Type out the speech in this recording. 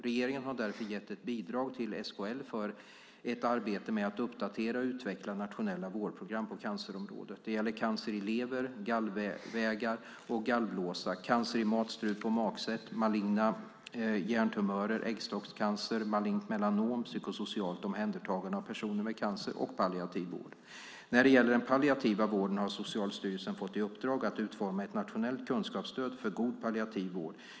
Regeringen har därför gett ett bidrag till SKL för ett arbete med att uppdatera och utveckla nationella vårdprogram på cancerområdet. Det gäller cancer i lever, gallvägar och gallblåsa, cancer i matstrupe och magsäck, maligna hjärntumörer, äggstockscancer, malignt melanom, psykosocialt omhändertagande av personer med cancer och palliativ vård. När det gäller den palliativa vården har Socialstyrelsen fått i uppdrag att utforma ett nationellt kunskapsstöd för god palliativ vård.